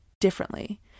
differently